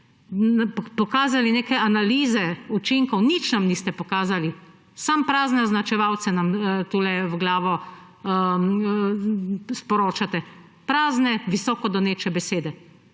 pokazali neke analize učinkov. Nič nam niste pokazali, samo prazne označevalce nam tukaj v glavo sporočate. Prazne visoko doneče besede,